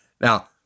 now